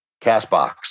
CastBox